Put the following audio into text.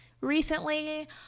recently